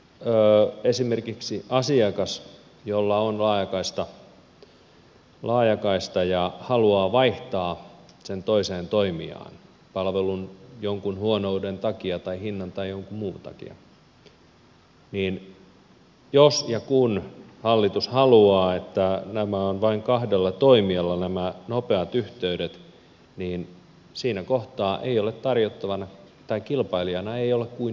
nythän esimerkiksi jos asiakas jolla on laajakaista haluaa vaihtaa toiseen toimijaan palvelun jonkin huonouden hinnan tai jonkun muun takia niin jos ja kun hallitus haluaa että vain kahdella toimijalla on nämä nopeat yhteydet siinä kohtaa kilpailijana ei ole kuin yksi vaihtoehto